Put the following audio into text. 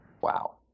Wow